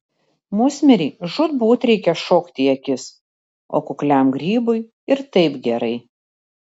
musmirei žūtbūt reikia šokti į akis o kukliam grybui ir taip gerai